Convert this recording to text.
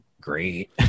great